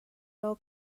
law